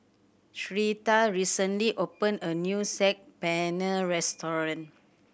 Syreeta recently opened a new Saag Paneer Restaurant